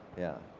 yeah,